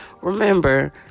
remember